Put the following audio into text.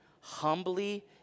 humbly